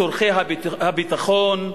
צורכי הביטחון,